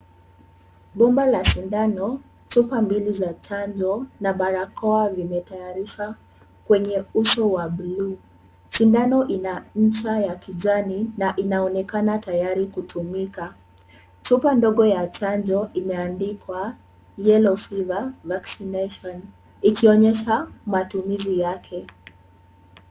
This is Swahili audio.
Bomba la sindano, chupa mbili za chanjo, na barakoa vimetayarishwa kwenye uso wa bulu. Sindano ina ncha ya kijani na inaonekana tayari kutumika. Chupa ndogo ya chanjo imeandikwa Yellow Fever Vaccination . Ikionyesha matumizi yake.